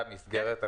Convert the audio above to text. הוא לא פותח את הדלת.